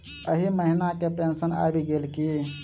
एहि महीना केँ पेंशन आबि गेल की